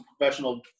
professional